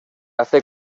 hace